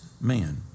man